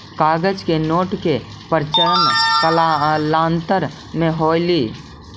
कागज के नोट के प्रचलन कालांतर में होलइ